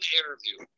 interview